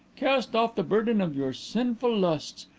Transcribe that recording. cast off the burden of your sinful lusts,